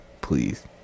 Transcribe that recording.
please